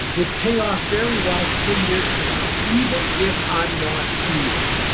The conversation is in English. would pay off very well three years from now, even if i'm not here?